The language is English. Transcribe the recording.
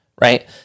right